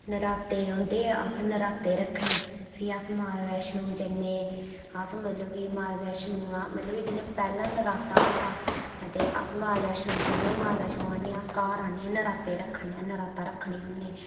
नराते औंदे अस नराते रक्खने फ्ही अस माता वैष्णो जन्ने अस मतलब माता वैष्णो दा मतलब कि जियां पैह्ला नराता होंदा ते अस माता वैष्णो जन्ने ते माता वैष्णो दा आह्नियै अस घर नराता रक्खने होन्ने